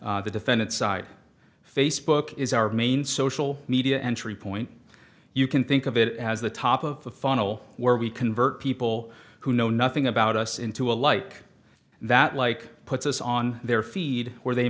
from the defendant's side facebook is our main social media entry point you can think of it as the top of the funnel where we convert people who know nothing about us into a like that like puts us on their feed or they